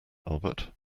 albert